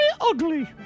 ugly